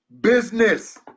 Business